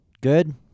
Good